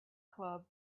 club